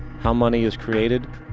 how money is created,